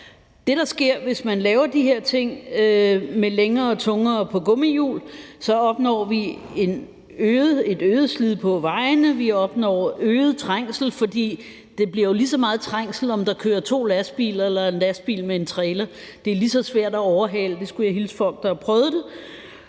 Det, der sker, hvis man laver de her ting med længere og tungere lastbiler på gummihjul, er, at vi opnår et øget slid på vejene, og at vi opnår øget trængsel. For der bliver jo lige så meget trængsel, om der kører to lastbiler eller der kører en lastbil med en trailer. Det er lige så svært at overhale. Det skulle jeg hilse og sige fra folk, der har prøvet det.